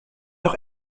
doch